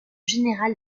général